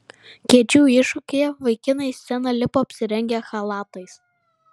kėdžių iššūkyje vaikinai į sceną lipo apsirengę chalatais